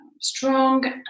strong